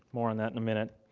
more on that in a minute.